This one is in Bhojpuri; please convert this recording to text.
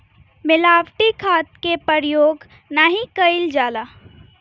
मिलावटी खाद के परयोग नाही कईल जाला